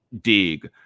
dig